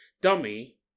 dummy